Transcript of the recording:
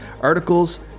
articles